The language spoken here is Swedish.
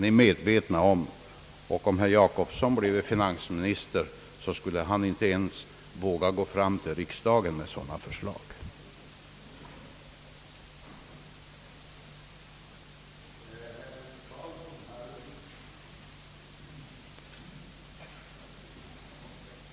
Det är vi medvetna om, och om herr Jacobsson blev finansminister, skulle ha inte ens våga framföra sådana förslag i riksdagen.